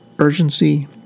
urgency